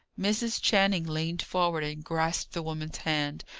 mrs. channing leaned forward and grasped the woman's hand,